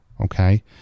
Okay